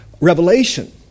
revelation